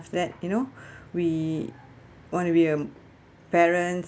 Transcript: after that you know we want to be a parents